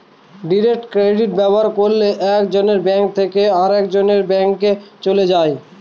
direct credit ব্যবহার করলে এক জনের ব্যাঙ্ক থেকে আরেকজনের ব্যাঙ্কে চলে যায়